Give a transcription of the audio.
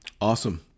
Awesome